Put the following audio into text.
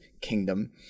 kingdom